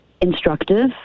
instructive